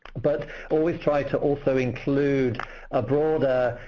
but always try to also include a broader,